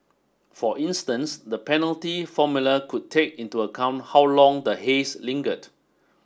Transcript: for instance the penalty formula could take into account how long the haze lingered